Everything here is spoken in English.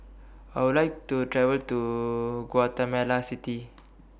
I Would like to travel to Guatemala City